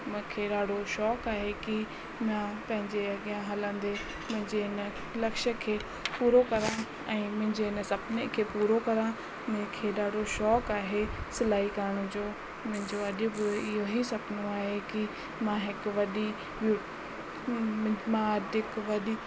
मूंखे ॾाढो शौंक़ु आहे की मां पंहिंजे अॻियां हलंदे मुंहिंजे इन लक्ष्य खे पूरो करण ऐं मुंहिंजे इन सुपिणे खे पूरो करा मूंखे ॾाढो शौंक़ु आहे सिलाई करण जो मुंहिंजो अॼु बि इहेई सुहिणो आहे की मां हिकु वॾी मां अधिक वदी